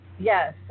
Yes